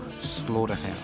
slaughterhouse